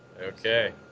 Okay